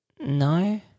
No